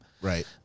Right